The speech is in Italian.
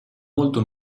molto